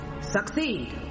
succeed